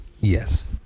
Yes